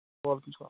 وعلیکُم سلام